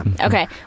okay